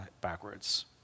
backwards